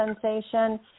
sensation